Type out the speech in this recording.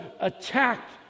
attacked